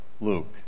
Luke